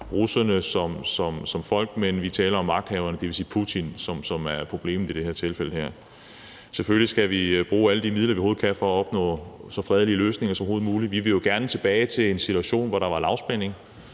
russiske folk, men at vi taler om magthaverne, dvs. Putin, som problemet i det her tilfælde. Selvfølgelig skal vi bruge alle de midler, vi overhovedet kan, for at opnå så fredelige løsninger som overhovedet muligt. Vi vil jo gerne tilbage til en situation, hvor der er lavspænding